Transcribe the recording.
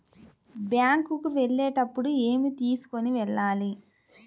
Bank కు వెళ్ళేటప్పుడు ఏమి తీసుకొని వెళ్ళాలి?